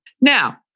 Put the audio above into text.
Now